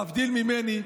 להבדיל ממני,